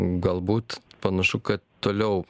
galbūt panašu kad toliau